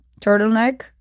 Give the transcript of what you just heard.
turtleneck